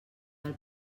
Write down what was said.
del